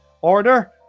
order